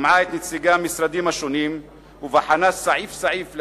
שמעה את נציגי המשרדים השונים ובחנה סעיף סעיף,